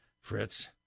Fritz